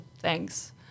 thanks